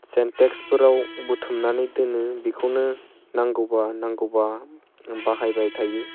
सेन्टेक्सफोराव बुथुमनानै दोनो बेखौनो नांगौबा नांगौबा बाहायबाय थायो